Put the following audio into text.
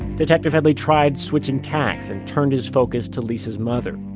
detective headley tried switching tacks and turned his focus to lisa's mother.